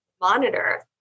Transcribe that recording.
monitor